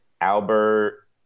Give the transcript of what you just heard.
Albert